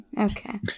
Okay